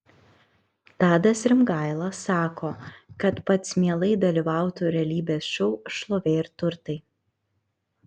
tadas rimgaila sako kad pats mielai dalyvautų realybės šou šlovė ir turtai